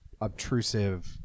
obtrusive